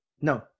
No